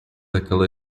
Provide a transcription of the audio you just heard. aquela